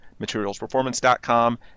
materialsperformance.com